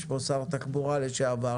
יש פה שר תחבורה לשעבר,